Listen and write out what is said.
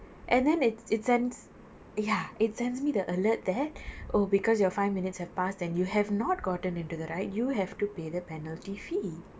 and then it it sends ya it sends me the alert that oh because your five minutes have passed and you have not gotten into the ride you have to pay the penalty fee